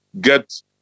get